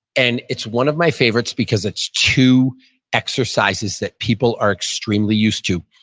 and it's one of my favorites because it's two exercises that people are extremely used to,